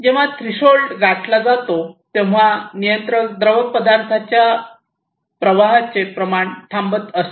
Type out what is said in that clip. जेव्हा थ्रीशोल्ड thresholdउंबरठा गाठला जातो तेव्हा नियंत्रक द्रवपदार्थाच्या प्रवाहाचे प्रमाण थांबत असे